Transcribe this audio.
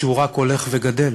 הוא רק הולך וגדל.